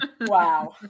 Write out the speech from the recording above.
Wow